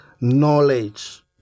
knowledge